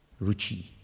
ruchi